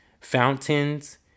fountains